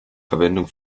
verwendung